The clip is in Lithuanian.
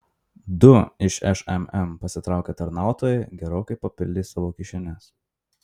du iš šmm pasitraukę tarnautojai gerokai papildė savo kišenes